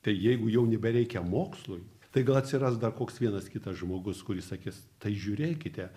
tai jeigu jau nebereikia mokslui tai gal atsiras dar koks vienas kitas žmogus kuris sakys tai žiūrėkite